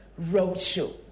roadshow